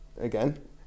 again